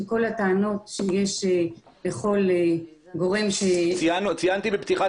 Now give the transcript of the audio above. שכל הטענות שיש לכל גורם --- ציינתי בפתיחת